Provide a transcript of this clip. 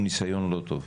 הוא ניסיון לא טוב.